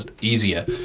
easier